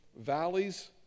valleys